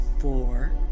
four